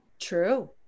true